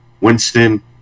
Winston